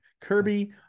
Kirby